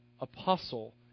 apostle